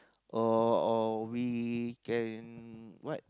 or or we can what